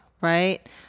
right